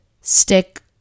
stick